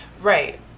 Right